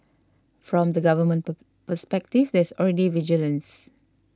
from the Government perspective there's already vigilance